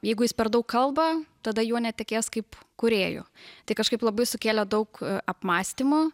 jeigu jis per daug kalba tada juo netekės kaip kūrėju tai kažkaip labai sukėlė daug apmąstymų